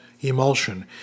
emulsion